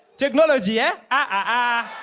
technology, ah ah